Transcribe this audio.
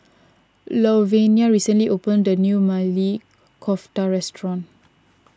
Louvenia recently opened a new Maili Kofta restaurant